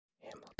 Hamilton